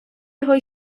його